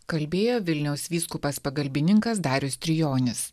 kalbėjo vilniaus vyskupas pagalbininkas darius trijonis